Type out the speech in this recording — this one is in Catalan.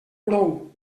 brou